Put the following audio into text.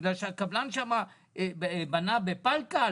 בגלל שהקבלן שם בנה בפל-קל?